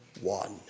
one